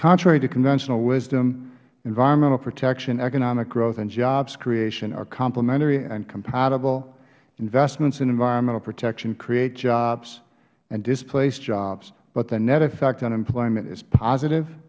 contrary to conventional wisdom environmental protection economic growth and jobs creation are complimentary and compatible investments in environmental protection create jobs and displace jobs but the net effect on employment is positive